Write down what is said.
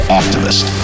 activist